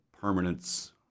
permanence